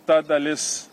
ta dalis